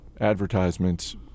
advertisements